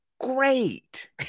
Great